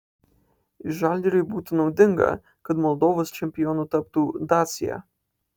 žalgiriui būtų naudinga kad moldovos čempionu taptų dacia